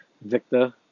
Victor